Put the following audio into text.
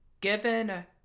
given